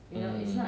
mm